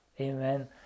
Amen